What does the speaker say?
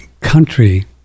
country